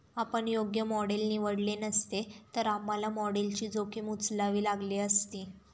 आपण योग्य मॉडेल निवडले नसते, तर आम्हाला मॉडेलची जोखीम उचलावी लागली असती